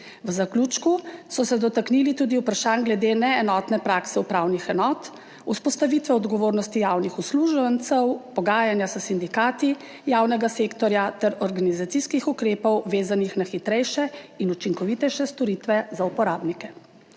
V zaključku so se dotaknili tudi vprašanj glede neenotne prakse upravnih enot, vzpostavitve odgovornosti javnih uslužbencev, pogajanja s sindikati javnega sektorja ter organizacijskih ukrepov, vezanih na hitrejše in učinkovitejše storitve za uporabnike.